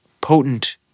potent